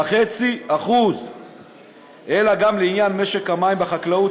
14.5% אלא גם לעניין משק המים בחקלאות,